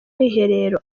mwiherero